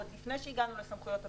עוד לפני שהגענו לסמכויות הפיקוח,